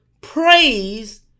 praise